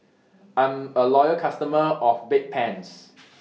I'm A Loyal customer of Bedpans